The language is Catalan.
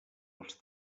els